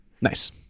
Nice